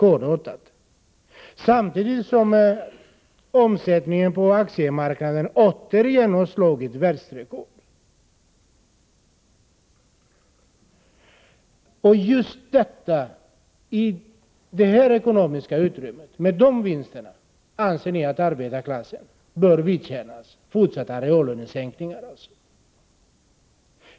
Och samtidigt har omsättningen på aktiemarknaden återigen satt världsrekord. Just när det ekonomiska utrymmet medger sådana vinster anser ni att arbetarklassen bör vidkännas fortsatta reallönesänkningar.